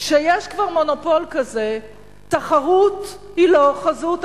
כשיש כבר מונופול כזה, תחרות היא לא חזות הכול.